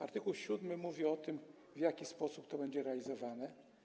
Art. 7 mówi o tym, w jaki sposób to będzie realizowane.